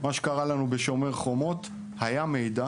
מה שקרה לנו ב-"שומר החומות" זה שהיה מידע,